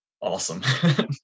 awesome